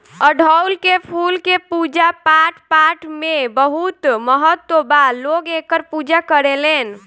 अढ़ऊल के फूल के पूजा पाठपाठ में बहुत महत्व बा लोग एकर पूजा करेलेन